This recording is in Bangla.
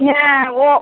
হ্যাঁ ও